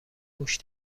موش